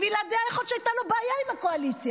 בלעדיה יכול להיות שהייתה לו בעיה עם הקואליציה.